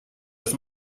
das